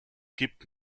gibt